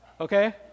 okay